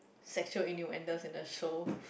sexual innuendos in the show